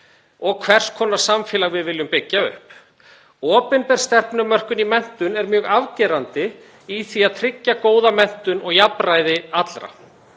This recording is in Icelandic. og hvers konar samfélag við viljum byggja upp. Opinber stefnumörkun í menntun er mjög afgerandi í því að tryggja eigi góða menntun og jafnræði barna.